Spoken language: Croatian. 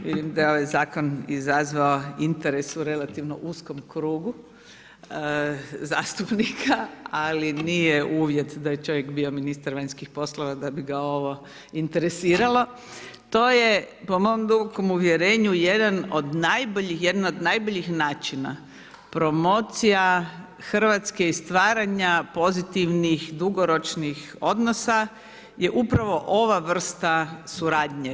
Vidim da je ovaj zakon izazvao interes u relativno uskom krugu zastupnika, ali nije uvjet da je čovjek bio ministar vanjskih poslova da bi ga ovo interesiralo to je po mom dubokom uvjerenju jedan od najboljih načina promocija Hrvatske i stvaranja pozitivnih dugoročnih odnosa je upravo ova vrsta suradnje.